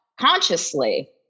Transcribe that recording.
consciously